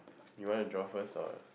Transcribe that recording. you wanna draw first or